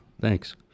thanks